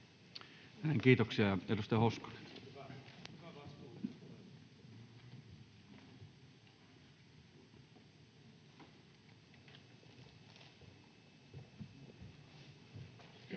Kiitoksia. — Edustaja Ovaska,